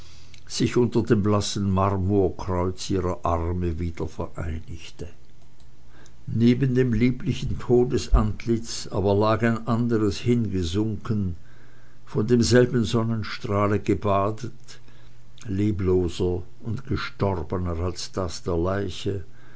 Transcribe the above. sich unter dem blassen marmorkreuz ihrer arme wieder vereinigte neben dem lieblichen todesantlitz aber lag ein anderes hingesunken von demselben sonnenstrahle gebadet lebloser und gestorbener als das der leiche